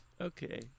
Okay